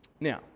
Now